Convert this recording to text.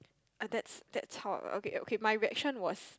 uh that's that's how uh okay okay my reaction was